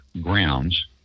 grounds